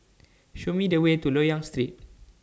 Show Me The Way to Loyang Street